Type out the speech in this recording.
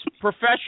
professional